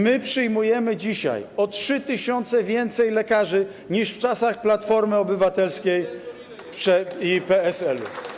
My przyjmujemy dzisiaj o 3 tys. więcej lekarzy niż w czasach Platformy Obywatelskiej i PSL.